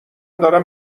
دارم